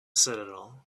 citadel